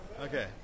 Okay